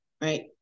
right